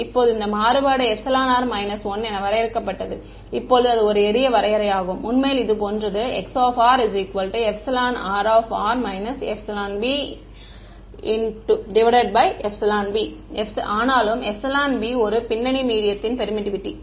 இப்போது இந்த மாறுபாடு εr 1என வரையறுக்கப்பட்டது இப்போது அது ஒரு எளிய வரையறையாகும் உண்மையில் இது போன்றது 𝟀 εr εbεb ஆனாலும் εb ஒரு பின்னணி மீடியத்தின் பெர்மிட்டிவிட்டி